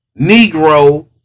Negro